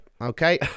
okay